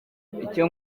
icyo